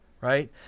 right